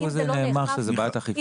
אם זה לא נאכף, זה לא נאכף.